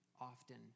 often